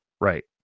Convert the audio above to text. right